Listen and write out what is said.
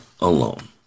alone